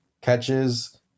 catches